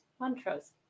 mantras